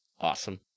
awesome